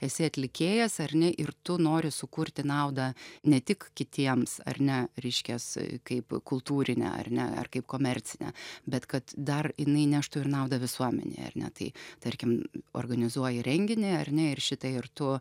esi atlikėjas ar ne ir tu nori sukurti naudą ne tik kitiems ar ne reiškias kaip kultūrinę ar ne ar kaip komercinę bet kad dar jinai neštų ir naudą visuomenei ar ne tai tarkim organizuoji renginį ar ne ir šitą ir tu